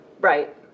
Right